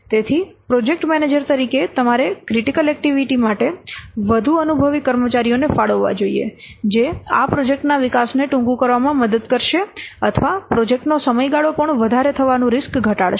તેથી project manager તરીકે તમારે ક્રિટિકલ એક્ટિવિટી માટે વધુ અનુભવી કર્મચારીઓને ફાળવવા જોઈએ જે આ પ્રોજેક્ટના વિકાસને ટૂંકું કરવામાં મદદ કરશે અથવા પ્રોજેક્ટનો સમયગાળો પણ વધારે થવાનું રીસ્ક ઘટાડશે